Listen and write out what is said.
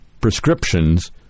prescriptions